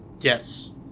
yes